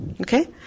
okay